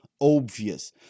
obvious